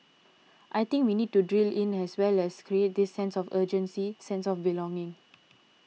I think we need to drill in as well as create this sense of urgency sense of belonging